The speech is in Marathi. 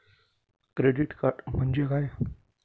क्रेडिट कार्ड म्हणजे काय?